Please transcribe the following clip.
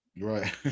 Right